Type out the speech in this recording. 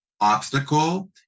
obstacle